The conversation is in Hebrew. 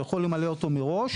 הוא יכול למלא אותו מראש.